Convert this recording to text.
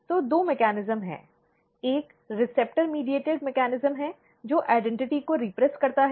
तो दो मेकॅनिज्म हैं एक रिसेप्टर मध्यस्थता मेकॅनिज्म है जो पहचान को दबाता है